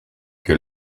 que